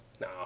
No